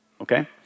okay